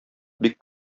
бик